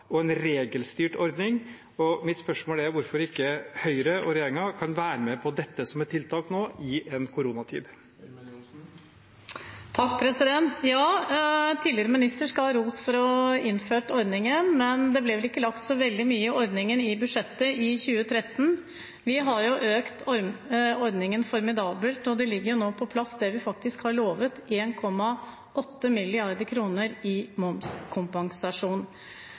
en forutsigbar og regelstyrt ordning. Mitt spørsmål er hvorfor ikke Høyre og regjeringen kan være med på dette som et tiltak nå, i en koronatid. Ja, tidligere minister skal ha ros for å ha innført ordningen, men det ble vel ikke lagt så veldig mye i ordningen i budsjettet i 2013. Vi har økt ordningen formidabelt, og det ligger nå på plass det vi faktisk har lovet, 1,8 mrd. kr i momskompensasjon. Det er altså det vi lovet. Vi mener at dette, i